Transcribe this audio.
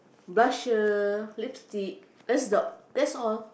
blusher lipstick that's the that's all